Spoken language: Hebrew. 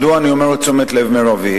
מדוע אני אומר תשומת לב מרבית?